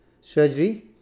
surgery